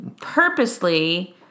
purposely